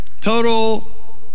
total